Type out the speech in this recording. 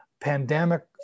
pandemic